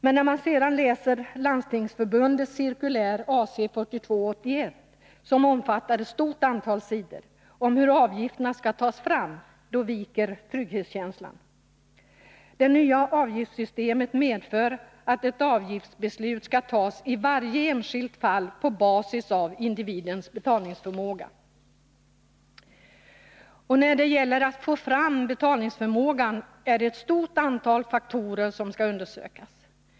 Men när man sedan läser Landstingsförbundets cirkulär AC 42/81 — som omfattar ett stort antal sidor — om hur avgifterna skall tas fram, då viker trygghetskänslan. Det nya avgiftssystemet medför att ett avgiftsbeslut skall tas i varje enskilt fall på basis av individens betalningsförmåga. Och när det gäller att få fram betalningsförmågan är det ett stort antal faktorer som skall undersökas.